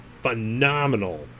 phenomenal